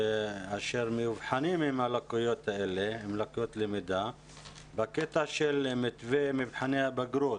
שמאובחנים עם הלקויות האלה מבחינת מתווה מבחני הבגרות.